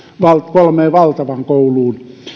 kolmeen valtavaan kouluun